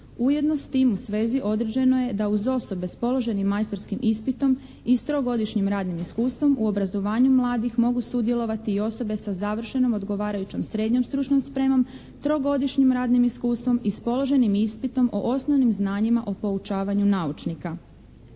Ujedno s tim u svezi određeno je da uz osobe s položenim majstorskim ispitom i s trogodišnjim radnim iskustvom u obrazovanju mladih mogu sudjelovati i osobe sa završenom odgovarajućom srednjom stručnom spremom, trogodišnjim radnim iskustvom i s položenim ispitom o osnovnim znanjima o poučavanju naučnika.